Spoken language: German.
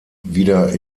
wieder